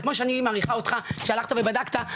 כמו שאני מעריכה אותך שהלכת ובדקת,